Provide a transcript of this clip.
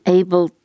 able